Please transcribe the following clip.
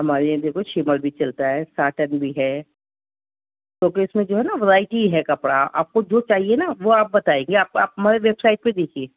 ہمارے یہاں دیکھو شمل بھی چلتا ہے ساٹن بھی ہے کیونکہ اس میں جو ہے نا ورائٹی ہے کپڑا آپ کو جو چاہیے نا وہ آپ بتائیں گے گہ آپ آپ ہمارے ویب سائٹ پہ دیکھیے